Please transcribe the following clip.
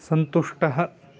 सन्तुष्टः